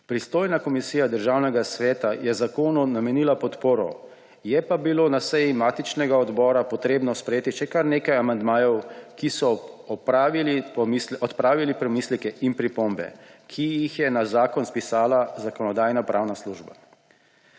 Pristojna komisija Državnega sveta je zakonu namenila podporo. Je pa bilo na seji matičnega odbora treba sprejeti še kar nekaj amandmajev, ki so odpravili pomisleke in pripombe, ki jih je na zakon spisala Zakonodajno-pravna služba.